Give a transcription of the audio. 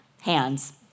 hands